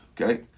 Okay